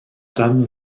dan